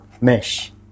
mesh